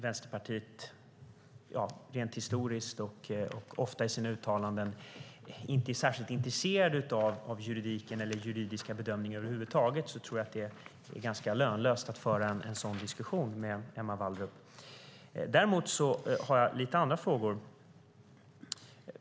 Vänsterpartiet har rent historiskt och ofta i sina uttalanden inte visat sig vara särskilt intresserade av juridiken eller juridiska bedömningar över huvud taget. Jag tror därför att det är ganska lönlöst att föra en sådan diskussion med Emma Wallrup. Däremot har jag lite andra frågor.